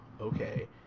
okay